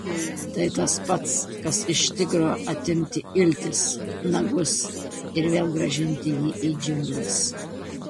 tai tas pats kas iš tigro atimti iltis nagus ir vėl grąžinti jį į džiungles